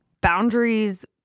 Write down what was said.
Boundaries